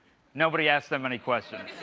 nobody asks them any questions.